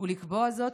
ולקבוע זאת,